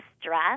stress